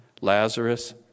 Lazarus